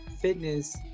fitness